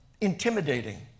intimidating